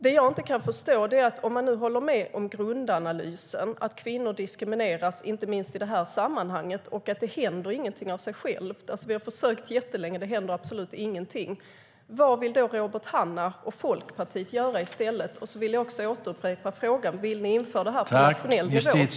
Om Robert Hannah och Folkpartiet håller med om grundanalysen att kvinnor diskrimineras, inte minst i det här sammanhanget, och att det inte händer något av sig självt - vi har försökt jättelänge men det händer absolut ingenting - vad vill ni då göra i stället? Jag vill också återupprepa frågan: Vill ni införa lagstiftningen på nationell nivå?